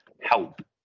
help